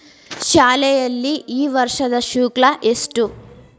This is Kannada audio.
ಶಾಲೆಯಲ್ಲಿ ಈ ವರ್ಷದ ಶುಲ್ಕ ಎಷ್ಟು?